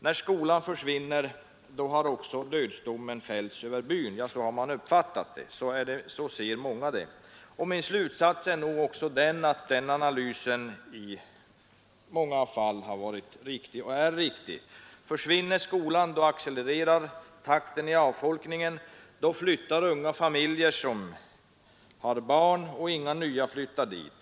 När skolan försvinner har också dödsdomen fällts över byn. Så har man uppfattat det, så ser många det. Min slutsats är den att den analysen i många fall har varit riktig och är riktig. Försvinner skolan accelererar avfolkningstakten. Då flyttar unga familjer som har barn, och inga nya flyttar dit.